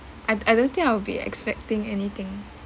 I I don't think I will be expecting anything